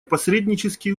посреднические